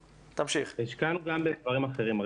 השקענו גם בדברים אחרים.